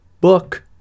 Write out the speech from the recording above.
book